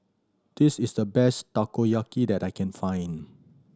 this is the best Takoyaki that I can find